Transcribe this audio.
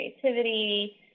creativity